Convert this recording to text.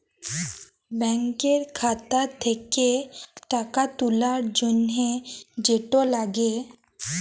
ব্যাংকের খাতা থ্যাকে টাকা তুলার জ্যনহে যেট লাগে